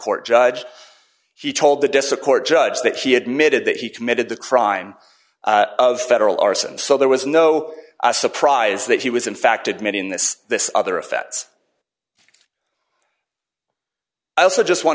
court judge he told the disappointed judge that he admitted that he committed the crime of federal arson so there was no surprise that he was in fact admitting this this other effects i also just want